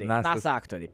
nasa aktoriai